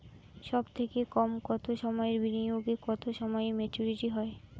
সবথেকে কম কতো সময়ের বিনিয়োগে কতো সময়ে মেচুরিটি হয়?